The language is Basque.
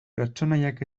pertsonaiak